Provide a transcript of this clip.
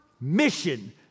mission